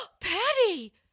Patty